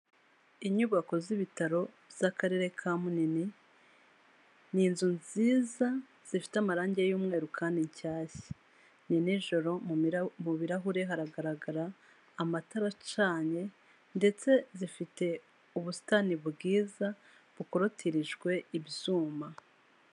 Inyubako z'ibitaro by'akarere ka Munini, ni inzu nziza zifite amarangi y'umweru kandi nshyashya. Ni nijoro mu birarahure haragaragara amatara acanye ndetse zifite ubusitani bwiza bukoroterijwe ibyuma.